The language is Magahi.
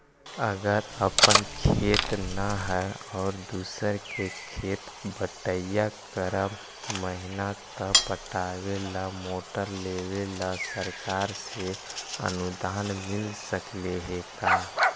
अगर अपन खेत न है और दुसर के खेत बटइया कर महिना त पटावे ल मोटर लेबे ल सरकार से अनुदान मिल सकले हे का?